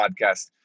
podcast